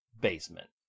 basement